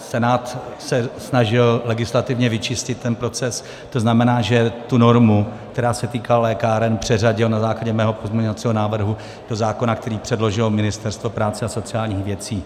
Senát se snažil legislativně vyčistit ten proces, to znamená, že tu normu, která se týká lékáren, přeřadil na základě mého pozměňovacího návrhu do zákona, který předložilo Ministerstvo práce a sociálních věcí.